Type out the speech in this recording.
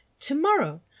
To-morrow